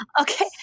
Okay